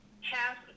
half